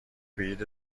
بلیط